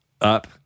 up